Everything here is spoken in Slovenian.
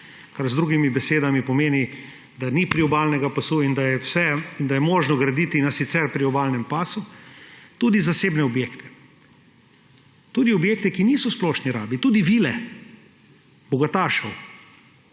kar z drugimi besedami pomeni, da ni priobalnega pasu in da je možno graditi na sicer priobalnem pasu tudi zasebne objekte. Tudi objekte, ki niso v splošni rabi, tudi vile bogatašev